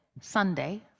Sunday